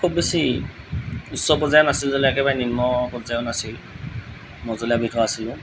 খুব বেছি উচ্চ পৰ্য্য়ায়ৰ নাছিল যেন একেবাৰে নিম্ন পৰ্য্য়ায়ো নাছিল মজলীয়াবিধৰ আছিলোঁ